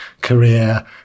career